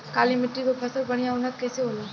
काली मिट्टी पर फसल बढ़िया उन्नत कैसे होला?